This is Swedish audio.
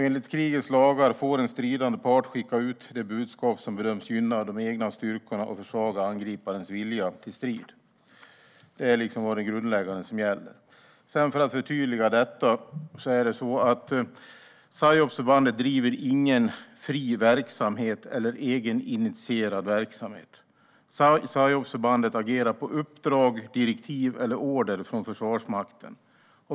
Enligt krigets lagar får en stridande part skicka ut det budskap som bedöms gynna de egna styrkorna och försvaga angriparens vilja till strid. Det är det grundläggande i vad som gäller. För att förtydliga detta är det så att psyopsförbandet inte driver någon fri eller egeninitierad verksamhet. Psyopsförbandet agerar på uppdrag, direktiv eller order från Försvarsmakten.